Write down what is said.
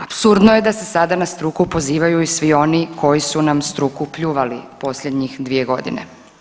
Apsurdno je da se sada na struku pozivaju i svi oni koji su nam struku pljuvali posljednjih dvije godine.